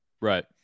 Right